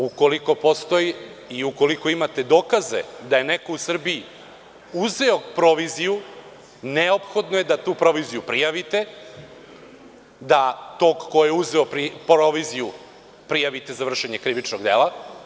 Ukoliko postoji i ukoliko imate dokaze da je neko u Srbiji uzeo proviziju, neophodno je da tu proviziju prijavite, da tog ko je uzeo proviziju prijavite za vršenje krivičnog dela.